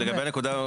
לגבי הנקודה,